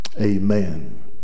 amen